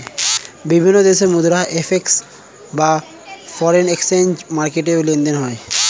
বিভিন্ন দেশের মুদ্রা এফ.এক্স বা ফরেন এক্সচেঞ্জ মার্কেটে লেনদেন হয়